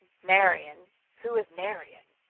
marion who is marion?